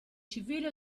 civile